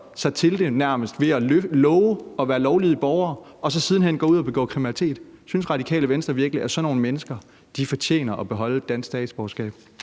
sig til det ved at love at være lovlydige borgere og så siden hen går ud og begår kriminalitet. Synes Radikale Venstre virkelig, at sådan nogle mennesker fortjener at beholde deres danske statsborgerskab?